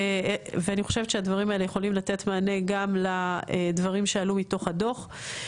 ואני חושבת שהדברים האלו יכולים לתת מענה גם לדברים שעלו מתוך הדוח.